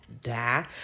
die